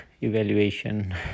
evaluation